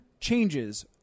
changes